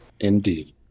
Indeed